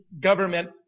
government